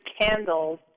candles